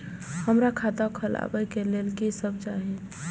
हमरा खाता खोलावे के लेल की सब चाही?